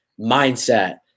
mindset